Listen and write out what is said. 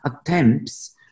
attempts